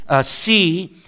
see